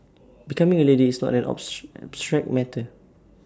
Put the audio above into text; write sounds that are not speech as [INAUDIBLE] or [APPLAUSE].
becoming A leader is not an [UNINTELLIGIBLE] abstract matter